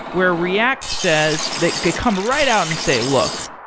where react says they come right out and say, look,